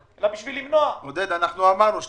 ולהתחיל לעבוד כדי שבשנה הבאה נוכל להגיע לשם,